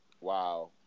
Wow